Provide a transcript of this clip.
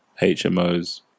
HMOs